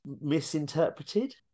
misinterpreted